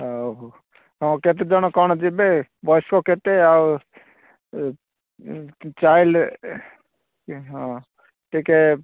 ହେଉ ହେଉ ହଁ କେତେ ଜଣ କଣ ଯିବେ ବୟସ୍କ କେତେ ଆଉ ଇଏ ଚାଇଲ୍ଡ ହଁ ଟିକେ